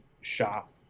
shop